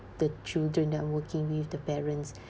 the children that I'm working with the parents